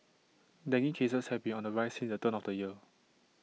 dengue cases have been on the rise since the turn of the year